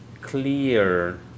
clear